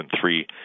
three